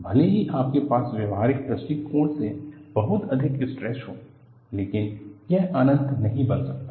भले ही आपके पास व्यावहारिक दृष्टिकोण से बहुत अधिक स्ट्रेस हो लेकिन यह अनंत नहीं बन सकता